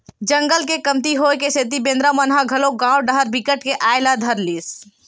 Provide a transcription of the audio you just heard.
जंगल के कमती होए के सेती बेंदरा मन ह घलोक गाँव डाहर बिकट के आये ल धर लिस